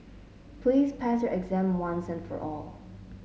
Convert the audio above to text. please pass your exam once and for all